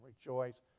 rejoice